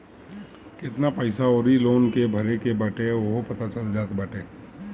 केतना पईसा अउरी लोन के भरे के बाटे उहो पता चल जात बाटे